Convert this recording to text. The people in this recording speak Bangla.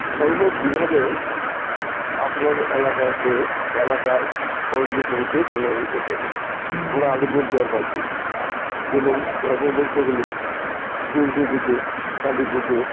ধর্ম কীভাবে আপনার এলাকাকে এলাকার পর্যটনকে প্রভাবিত করে আমরা আলিপুরদুয়ারবাসী যেমন ধর্ম বলতে গেলে দুর্গা পুজো কালী পুজো